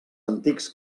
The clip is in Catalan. antics